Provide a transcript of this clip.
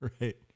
Right